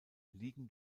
liegen